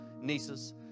nieces